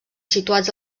situats